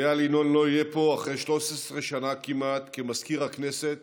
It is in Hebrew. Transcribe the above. ואיל ינון לא יהיה פה אחרי 13 שנה כמעט כמזכיר הכנסת